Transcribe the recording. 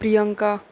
Priyanka